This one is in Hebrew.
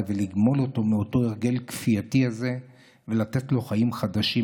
ולגמול אותו מאותו הרגל כפייתי ולתת לו חיים חדשים,